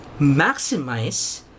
maximize